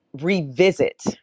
revisit